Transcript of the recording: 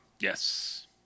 Yes